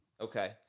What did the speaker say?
Okay